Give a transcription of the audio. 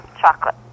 Chocolate